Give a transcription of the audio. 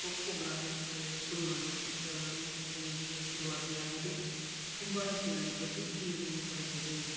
ಕಪ್ಪು granite ಮೇಲೆ ಹೆಸರುಗಳು ಚಿತ್ರಗಳು ಕೆತ್ತನೆಗೆ ಹೆಸ್ರುವಾಸಿಯಾಗಿದೆ ಕುಂಬಾರಿಕೆಯಲ್ಲಿ ಪ್ರಸಿದ್ಧಿಯನ್ನು ಪಡೆದಿದೆ